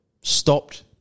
Stopped